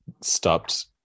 stopped